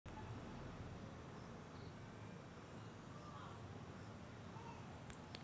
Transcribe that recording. UPI न मी धंद्याचे पैसे कसे देऊ सकतो?